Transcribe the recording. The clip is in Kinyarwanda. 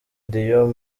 dion